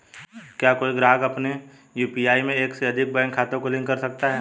क्या कोई ग्राहक अपने यू.पी.आई में एक से अधिक बैंक खातों को लिंक कर सकता है?